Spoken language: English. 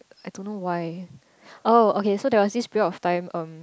I don't know why oh okay so there was this period of time um